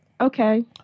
Okay